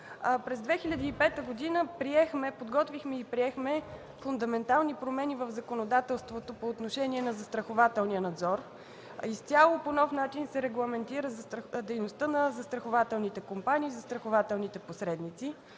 През 2005 г. подготвихме и приехме фундаментални промени в законодателството по отношение на застрахователния надзор. Регламентира се по изцяло нов начин дейността на застрахователните компании и застрахователните посредници